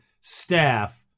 staff